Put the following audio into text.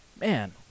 man